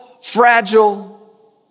fragile